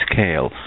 scale